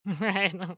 Right